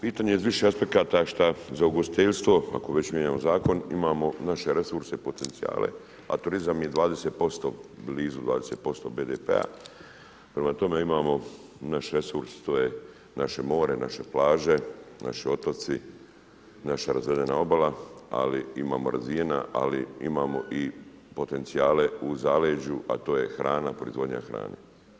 Bitan je iz više aspekata što za ugostiteljstvo ako već mijenjamo zakon imamo naše resurse i potencijale a turizam je 20%, blizu 20% BDP-a, prema tome imamo naš resurs to je naše more, naše plaže, naši otoci i naša razvedena obala ali imamo razvijena, ali imamo i potencijale u zaleđu a to je hrana, proizvodnja hrane.